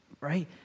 right